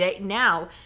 Now